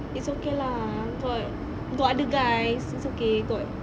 it's okay lah got got other guys it's okay got